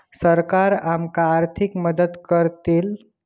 सरकार आमका आर्थिक मदत करतली?